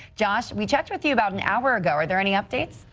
josh, we checked with you about an hour ago. are there any updates.